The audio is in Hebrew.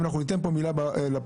אם אנחנו ניתן פה מילה לפרוטוקול,